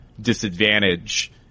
disadvantage